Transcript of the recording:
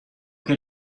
que